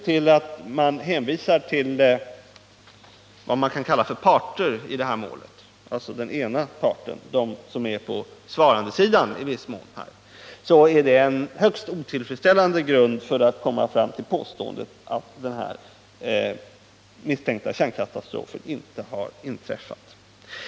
När man bara hänvisar till den ena parten, nämligen till den som i detta fall är på svarandesidan, tycker jag för min del att detta är en högst otillfredsställande bevisföring för påståendet att den misstänkta kärnkraftskatastrofen inte har inträffat.